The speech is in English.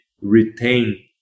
retain